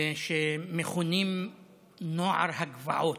שמכונים נוער הגבעות,